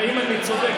האם אני צודק?